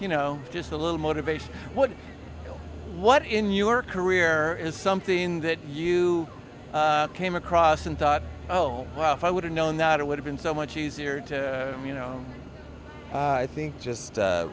you know just a little motivation what in your career is something that you came across and thought oh wow if i would have known that it would have been so much easier to you know i think just